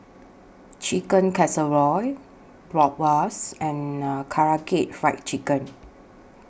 Chicken Casserole Bratwurst and Karaage Fried Chicken